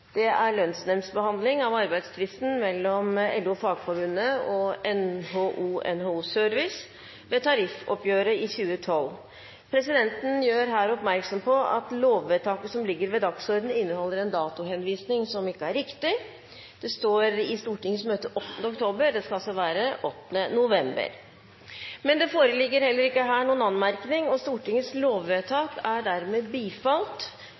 Det foreligger ingen forslag til anmerkning. Stortingets lovvedtak er dermed bifalt ved annen gangs behandling og blir å sende Kongen i overensstemmelse med Grunnloven. Presidenten gjør oppmerksom på at lovvedtaket som ligger ved dagsordenen, inneholder en datohenvisning som ikke er riktig. Det står «I Stortingets møte 8. oktober». Det skal være 8. november. Det foreligger ingen forslag til anmerkning. Stortingets lovvedtak er dermed bifalt